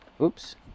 oops